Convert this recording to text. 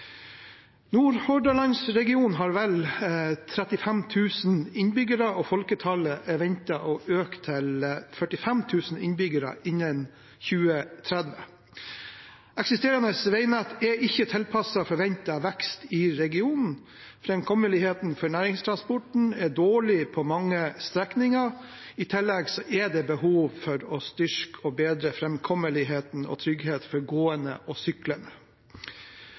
har vel 35 000 innbyggere, og folketallet er ventet å øke til 45 000 innbyggere innen 2030. Eksisterende veinett er ikke tilpasset forventet vekst i regionen. Framkommeligheten for næringstransporten er dårlig på mange strekninger. I tillegg er det behov for å styrke og bedre framkommeligheten og tryggheten for gående og syklende.